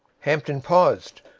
hampton paused,